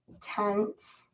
tense